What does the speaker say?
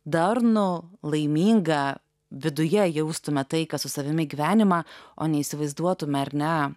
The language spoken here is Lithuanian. darnų laimingą viduje jaustumėme tai kas su savimi gyvenimą o neįsivaizduotumėme ar ne